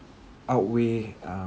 outweigh um